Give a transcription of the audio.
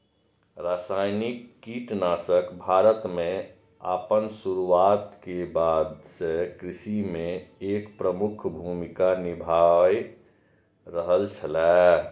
रासायनिक कीटनाशक भारत में आपन शुरुआत के बाद से कृषि में एक प्रमुख भूमिका निभाय रहल छला